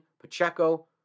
Pacheco